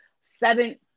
seven